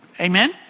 Amen